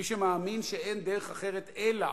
מי שמאמין שאין דרך אחרת אלא